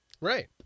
Right